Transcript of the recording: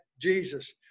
Jesus